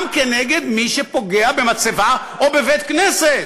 גם נגד מי שפוגע במצבה או בבית-כנסת,